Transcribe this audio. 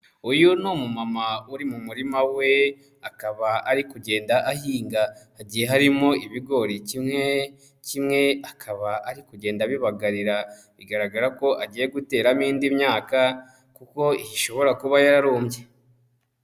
Uyu ni umumama uri mu murima we, akaba ari kugenda ahinga, hagiye harimo ibigori kimwe kimwe akaba ari kugenda abibagarira bigaragara ko agiye guteramo indi myaka kuko iyi ishobora kuba yararubmye.